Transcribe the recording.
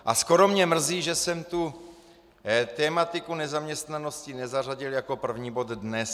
A skoro mě mrzí, že jsem tu tematiku nezaměstnanosti nezařadil jako první bod dne.